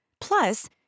Plus